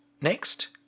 Next